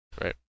Right